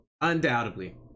Undoubtedly